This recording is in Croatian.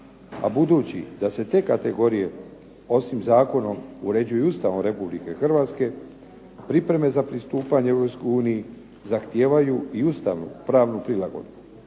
A budući da se te kategorije osim zakonom uređuju i Ustavom Republike Hrvatske, pripreme za pristupanje Europskoj uniji zahtijevaju i ustavno-pravnu prilagodbu.